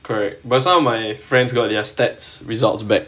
correct but some of my friends go their stats results back